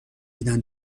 میدن